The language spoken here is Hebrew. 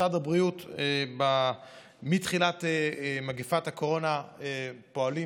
במשרד הבריאות מתחילת מגפת הקורונה פועלים